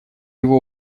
его